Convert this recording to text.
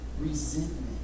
resentment